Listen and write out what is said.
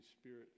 Spirit